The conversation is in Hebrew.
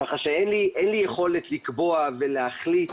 כך שאין לי יכולת לקבוע ולהחליט